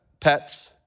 pets